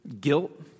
guilt